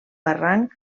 barranc